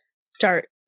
start